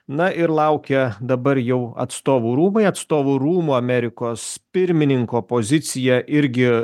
na ir laukia dabar jau atstovų rūmai atstovų rūmų amerikos pirmininko pozicija irgi